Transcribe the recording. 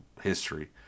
history